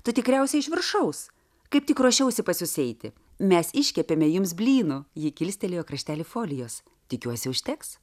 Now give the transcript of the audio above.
tu tikriausiai iš viršaus kaip tik ruošiausi pas jus eiti mes iškepėme jums blynų ji kilstelėjo kraštelį folijos tikiuosi užteks